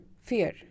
fear